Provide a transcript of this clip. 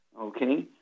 okay